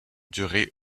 duré